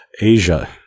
Asia